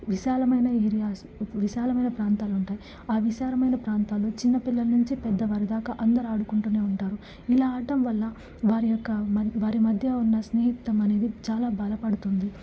విశాలమయిన areas విశాలమయిన ప్రాంతాలుంటాయి విశాలమయిన ప్రాంతాలు చిన్న పిల్లలనించి పెద్దవారి దాక అందరాడుకుంటూనే ఉంటారు ఇలా ఆడ్డం వల్ల వారి యొక్క వారి మధ్య ఉన్న స్నేహిత్వం అనేది చాలా బలపడుతుంది